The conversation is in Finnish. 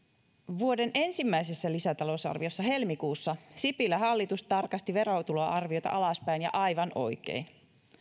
vuoden ensimmäisessä lisätalousarviossa helmikuussa sipilän hallitus tarkasti verotuloarviota alaspäin ja aivan oikein